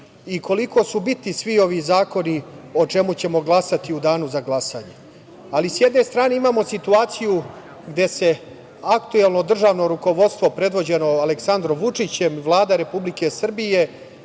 koliko su bitni svi ovi zakoni, o kojima ćemo glasati u Danu za glasanje. Ali, s jedne strane, imamo situaciju gde se aktuelno držano rukovodstvo predvođeno Aleksandrom Vučićem i Vlada Republike Srbije